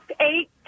eight